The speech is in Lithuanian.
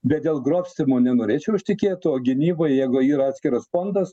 bet dėl grobstymo nenorėčiau aš tikėt o gynyba jeigu yra atskiras fondas